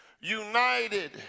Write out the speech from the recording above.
united